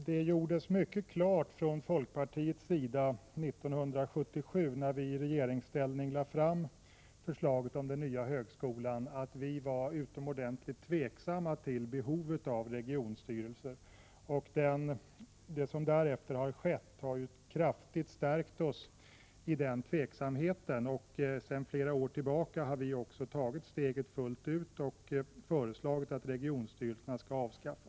Fru talman! Vi i folkpartiet klargjorde år 1977, när vi i regeringsställning lade fram förslaget om den nya högskolan, att vi var tveksamma till behovet av regionstyrelser. Det som därefter skett har gjort att denna vår tveksamhet kraftigt har förstärkts. Några år efter 1977 drog vi också slutsatsen och föreslog att regionstyrelserna skulle avskaffas.